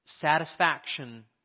Satisfaction